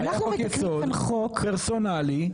פרסונלי,